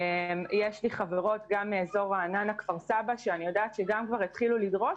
יש לי חברות מאזור רעננה וכפר סבא ששם גם התחילו לדרוש,